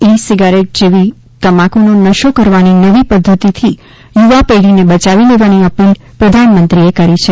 ઈ cigarette જેવી તમાકુનો નશો કરવાની નવી પધ્ધતિથી યુવાપેઢીને બયાવી લેવાની અપીલ પ્રધાનમંત્રીએ કરી છે